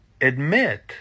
admit